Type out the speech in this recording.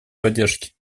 поддержки